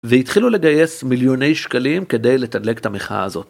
והתחילו לגייס מיליוני שקלים כדי לתדלק את המחאה הזאת.